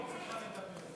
על כל חוק צריכה לדבר.